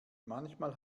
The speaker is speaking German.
manchmal